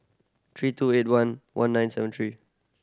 three two eight one one nine seven three